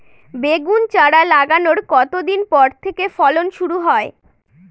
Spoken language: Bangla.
বেগুন চারা লাগানোর কতদিন পর থেকে ফলন শুরু হয়?